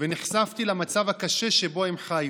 ונחשפתי למצב הקשה שבו הם חיו,